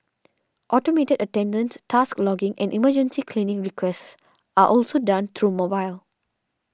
automated attendance task logging and emergency cleaning requests are also done through mobile